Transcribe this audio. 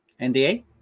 nda